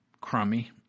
crummy